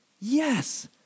Yes